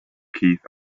keith